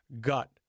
gut